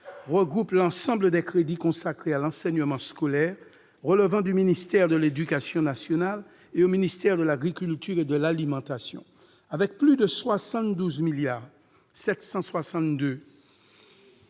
regroupe l'ensemble des crédits consacrés à l'enseignement scolaire qui relèvent du ministère de l'éducation nationale et du ministère de l'agriculture et de l'alimentation. Avec plus de 72,762 milliards